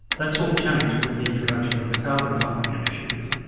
that's all changed with the introduction of the carbon farming initiative.